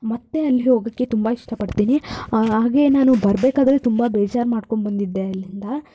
ಮತ್ತೆ ಅಲ್ಲಿ ಹೋಗಕ್ಕೆ ತುಂಬ ಇಷ್ಟಪಡ್ತೀನಿ ಹಾಗೆ ನಾನು ಬರಬೇಕಾದ್ರೆ ತುಂಬ ಬೇಜಾರು ಮಾಡ್ಕೊಂಬಂದಿದ್ದೆ ಅಲ್ಲಿಂದ